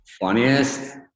Funniest